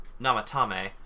Namatame